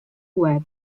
web